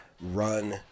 run